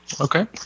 Okay